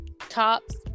tops